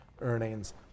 earnings